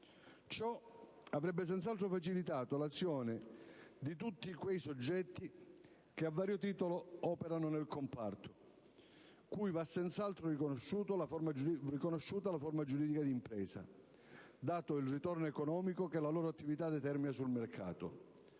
Ciò avrebbe senz'altro facilitato l'azione di tutti quei soggetti che a vario titolo operano nel comparto, cui va senz'altro riconosciuta la forma giuridica di impresa dato il ritorno economico che la loro attività determina sul mercato;